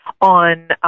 on